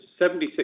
76